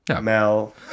Mel